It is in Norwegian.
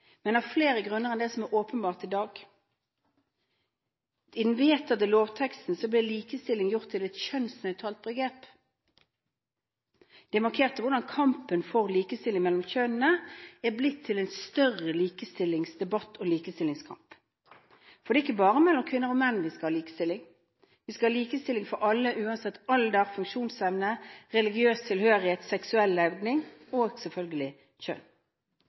men av flere grunner enn det som er åpenbart i dag. I den vedtatte lovteksten ble «likestilling» gjort til et kjønnsnøytralt begrep. Det markerte hvordan kampen for likestilling mellom kjønnene er blitt til en større likestillingsdebatt og likestillingskamp. For det er ikke bare mellom kvinner og menn vi skal ha likestilling; vi skal ha likestilling for alle, uansett alder, funksjonsevne, religiøs tilhørighet, seksuell legning og selvfølgelig: kjønn.